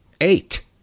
eight